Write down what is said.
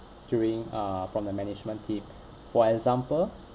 during uh from the management team for example